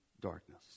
darkness